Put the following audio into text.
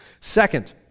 Second